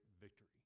victory